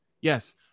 yes